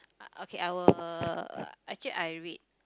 okay I will actually I read